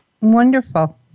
Wonderful